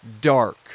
dark